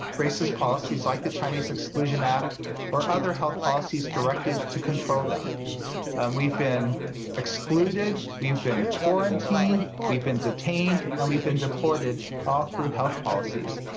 racist policies like the chinese exclusion act or other health policies directed to control them and we've been excluded, we've been quarantined, we've been detained, and we've been deported all through health policies.